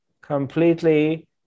Completely